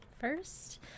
first